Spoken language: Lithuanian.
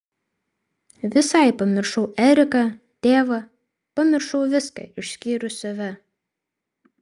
visai pamiršau eriką tėvą pamiršau viską išskyrus save